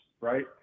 Right